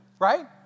Right